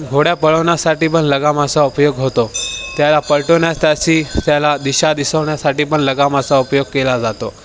घोड्या पळवण्यासाठी पण लगामाचा उपयोग होतो त्याला पलटवण्या तशी त्याला दिशा दिसवण्यासाठी पण लगामाचा उपयोग केला जातो